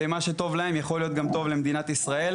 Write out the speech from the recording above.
מה שטוב להן יכול להיות גם טוב למדינת ישראל,